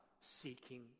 seeking